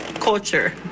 culture